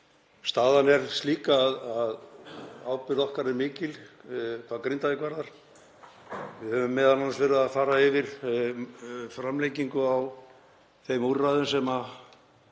Staðan er slík að ábyrgð okkar er mikil hvað Grindavík varðar. Við höfum m.a. verið að fara yfir framlengingu á þeim úrræðum sem